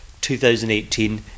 2018